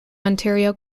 ontario